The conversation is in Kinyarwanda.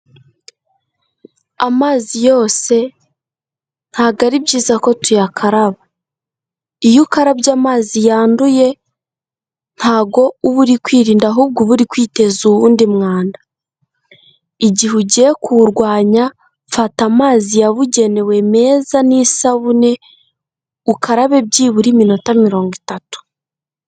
Amazi yose ntago ari byiza ko tuyakaraba, iyo ukarabye amazi yanduye ntago uba uri kwirinda ahubwo ubu uri kwiteza uwundi mwanda, igihe ugiye kuwurwanya fata amazi yabugenewe meza n'isabune ukarabe byibura iminota mirongo itatu.